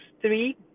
three